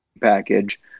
package